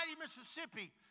Mississippi